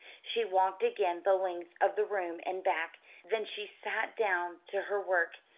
she walked again the length of the room and back then she sat down to her work,